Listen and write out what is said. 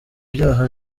ibyaha